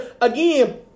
again